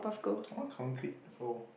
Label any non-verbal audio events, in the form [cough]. [noise] i want concrete floor